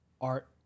art